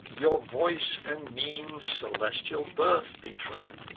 your voice and mien celestial birth betray!